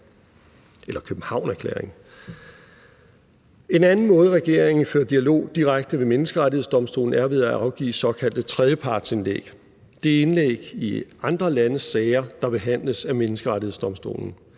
En anden måde, regeringen fører dialog direkte med Menneskerettighedsdomstolen på, er ved at afgive såkaldte tredjepartsindlæg. Det er indlæg i andre landes sager, der behandles af Menneskerettighedsdomstolen.